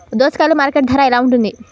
దోసకాయలు మార్కెట్ ధర ఎలా ఉంటుంది?